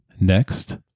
Next